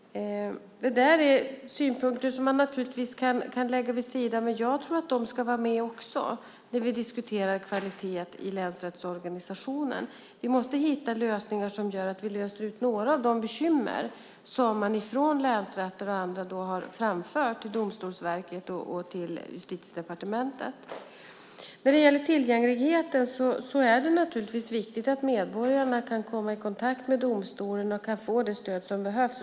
Det är synpunkter som man naturligtvis kan lägga vid sidan. Men jag tror att också de ska vara med när vi diskuterar kvalitet i länsrättsorganisationen. Vi måste hitta lösningar som gör att vi löser ut några av de bekymmer som man från länsrätter och andra har framfört till Domstolsverket och Justitiedepartementet. När det gäller tillgängligheten är det viktigt att medborgarna kan komma i kontakt med domstolen och kan få det stöd som behövs.